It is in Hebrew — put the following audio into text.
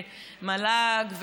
ומל"ג,